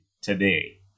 today